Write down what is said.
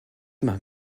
mag